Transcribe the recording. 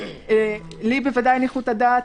שלי ודאי הניחו את הדעת.